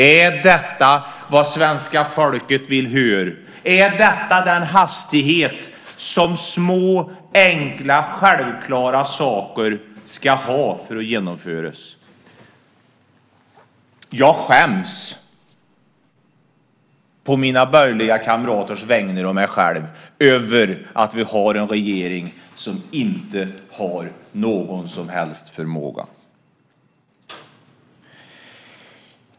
Är detta vad svenska folket vill höra? Är detta den hastighet som små, enkla, självklara saker ska ha för att genomföras? Jag skäms å mina egna och mina borgerliga kamraters vägnar över att vi har en regering som inte har någon som helst förmåga.